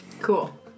Cool